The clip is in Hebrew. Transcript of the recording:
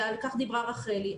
ועל כך דיברה רחלי,